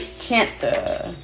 Cancer